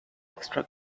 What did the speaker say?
extra